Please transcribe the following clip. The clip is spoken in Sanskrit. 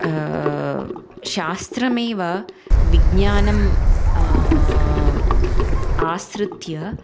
शास्त्रमेव विज्ञानं आश्रित्य